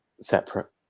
separate